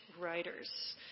writers